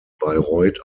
bayreuth